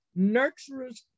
nurturers